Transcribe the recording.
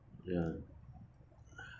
ya